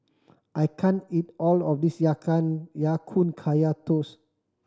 I can't eat all of this ya Ya Kun Kaya Toast